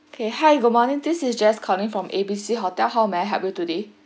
okay hi good morning this is jess calling from A B C hotel how may I help you today